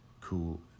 cool